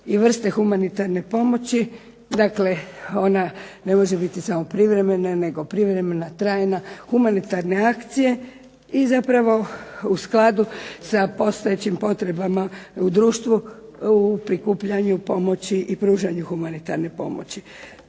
i vrste humanitarne pomoći dakle ona ne može biti samo privremena, nego privremena, trajna, humanitarne akcije i zapravo u skladu sa postojećim potrebama u društvu u prikupljanju pomoći i pružanju humanitarne pomoći.